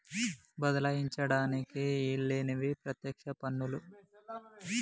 బదలాయించడానికి ఈల్లేనివి పత్యక్ష పన్నులు